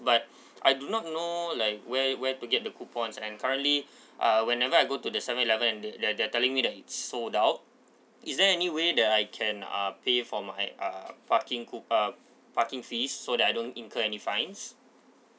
but I do not know like where where to get the coupons and currently uh whenever I go to the seven eleven and the they're they're telling me that it's sold out is there any way that I can uh pay for my uh parking coup~ um parking fees so that I don't incur any fines